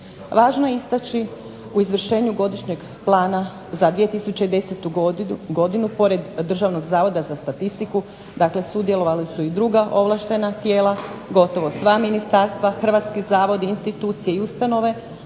Važno je istaći u izvršenju Godišnjeg plana za 2010. godinu pored Državnog zavoda za statistiku dakle sudjelovala su i druga ovlaštena tijela, gotovo sva ministarstva, hrvatski zavodi, institucije i ustanove.